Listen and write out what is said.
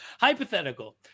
Hypothetical